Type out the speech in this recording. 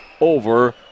over